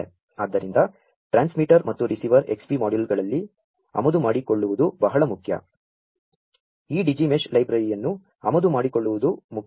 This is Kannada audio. ಆದ್ದರಿಂ ದ ಟ್ರಾ ನ್ಸ್ಮಿಟರ್ ಮತ್ತು ರಿಸೀ ವರ್ Xbee ಮಾ ಡ್ಯೂ ಲ್ಗಳಿಗೆ ಆಮದು ಮಾ ಡಿಕೊ ಳ್ಳು ವು ದು ಬಹಳ ಮು ಖ್ಯ ಈ Digi Mesh ಲೈ ಬ್ರ ರಿಯನ್ನು ಆಮದು ಮಾ ಡಿಕೊ ಳ್ಳು ವು ದು ಮು ಖ್ಯ